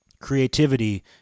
Creativity